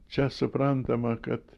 čia suprantama kad